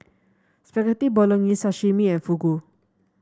Spaghetti Bolognese Sashimi and Fugu